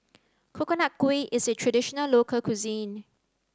coconut kuih is a traditional local cuisine